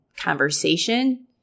conversation